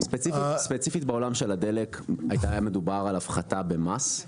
ספציפית בעולם הדלק היה מדובר על הפחתה במס.